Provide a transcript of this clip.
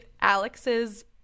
Alex's